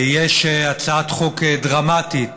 יש הצעת חוק דרמטית